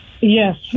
Yes